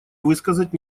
высказать